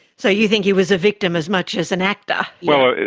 so you think he was a victim as much as an actor? well,